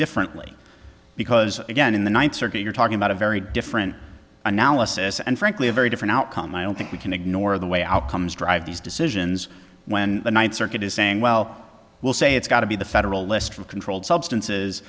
differently because again in the ninth circuit you're talking about a very different analysis and frankly a very different outcome i don't think we can ignore the way outcomes drive these decisions when the ninth circuit is saying well we'll say it's got to be the federal list of controlled substances